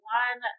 one